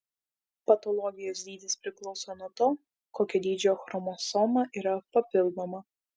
patologijos dydis priklauso nuo to kokio dydžio chromosoma yra papildoma